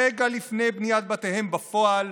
רגע לפני בניית בתיהם בפועל,